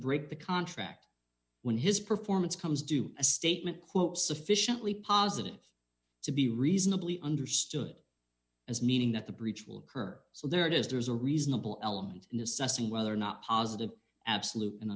break the contract when his performance comes due a statement quote sufficiently positive to be reasonably understood as meaning that the breach will occur so there it is there's a reasonable element in assessing whether or not positive absolute and